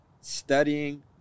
studying